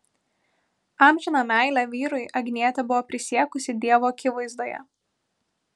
amžiną meilę vyrui agnietė buvo prisiekusi dievo akivaizdoje